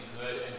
good